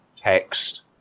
text